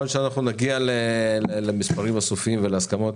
שנגיע למספרים הסופיים ולהסכמות